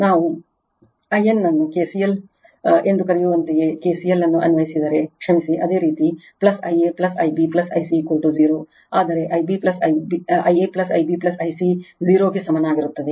ನಾವು I n KCL ಎಂದು ಕರೆಯುವಂತೆಯೇ ಕೆಸಿಎಲ್ ಅನ್ನು ಅನ್ವಯಿಸಿದರೆ ಕ್ಷಮಿಸಿ ಅದೇ ರೀತಿ I a I b I c 0 ಆದರೆ I a I b I c 0 ಗೆ ಸಮನಾಗಿರುತ್ತದೆ